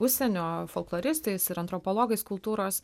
usienio folkloristais ir antropologais kultūros